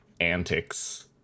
antics